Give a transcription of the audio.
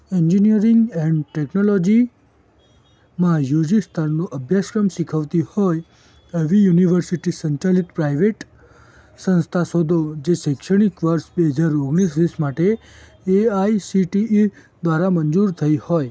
engineering and ટેક્નૉલોજિમાં U G સ્તરનો અભ્યાસક્રમ શીખવતી હોય એવી યુનિવર્સિટી સંચાલિત પ્રાઈવેટ સંસ્થા શોધો જે શૈક્ષણિક વર્ષ બે હજાર ઓગણીસ વીસ માટે A I C T E દ્વારા મંજૂર થઇ હોય